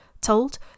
told